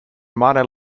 minor